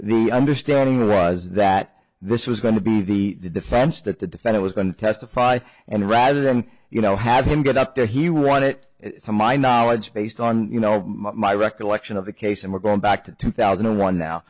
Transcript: the understanding roz that this was going to be the defense that the defender was going to testify and rather than you know have him get up there he wanted it to my knowledge based on you know my recollection of the case and we're going back to two thousand and one now